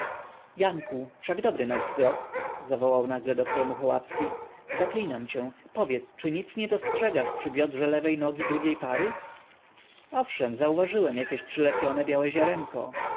wszak dobry masz wzrok zawołał nagle dr muchołapski zaklinam cię powiedz czy nic nie dostrzegasz przy biodrze lewej nogi drugiej pary owszem zauważyłem jakieś przylepione białe ziarenko